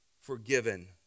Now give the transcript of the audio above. forgiven